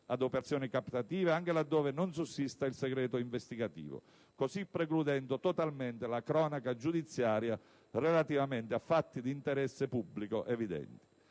ad operazioni captative anche laddove non sussista il segreto investigativo, così precludendo totalmente la cronaca giudiziaria relativamente a fatti di interesse pubblico evidente.